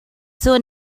soon